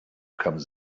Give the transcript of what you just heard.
comes